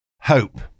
Hope